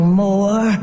more